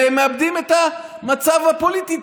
הם מאבדים את המצב הפוליטי,